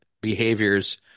behaviors